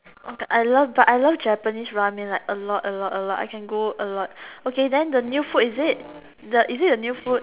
okay I love but I love Japanese ramen like a lot a lot a lot I can go a lot okay then the new food is it is it the new food